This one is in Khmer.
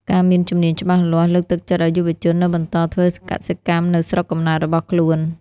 ការមានជំនាញច្បាស់លាស់លើកទឹកចិត្តឱ្យយុវជននៅបន្តធ្វើកសិកម្មនៅស្រុកកំណើតរបស់ខ្លួន។